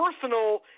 personal